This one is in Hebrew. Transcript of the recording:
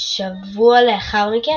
שבע לאחר מכן,